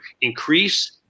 increase